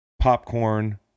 popcorn